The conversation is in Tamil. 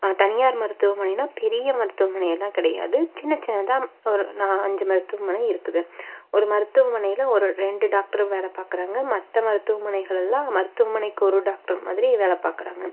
தனியார் மருத்துவமனைன்னா பெரிய மருத்துவமனை எல்லாம் கிடையாது சின்ன சின்னதாக ஒரு நா அஞ்சு மருத்துவமனை இருக்குது ஒரு மருத்துவமனையில் ஒரு ரெண்டு டாக்டர் வேலை பார்க்குறாங்க மற்ற மருத்துவமனைகள் எல்லாம் மருத்துவமனைக்கு ஒரு டாக்டர் மாதிரி வேலை பார்க்குறாங்க